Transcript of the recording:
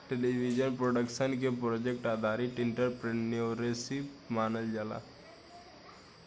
television production के project आधारित entrepreneurship मानल जाला